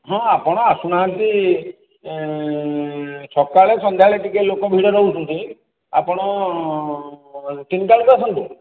ହଁ ଆପଣ ଆସୁନାହାଁନ୍ତି ସକାଳେ ସନ୍ଧ୍ୟାବେଳେ ଟିକେ ଲୋକ ଭିଡ଼ ରହୁଛନ୍ତି ଆପଣ ତିନଟା ବେଳକୁ ଆସନ୍ତୁ